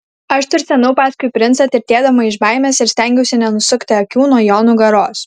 aš tursenau paskui princą tirtėdama iš baimės ir stengiausi nenusukti akių nuo jo nugaros